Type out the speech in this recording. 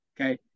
Okay